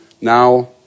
now